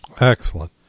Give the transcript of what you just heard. Excellent